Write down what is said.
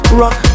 rock